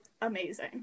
amazing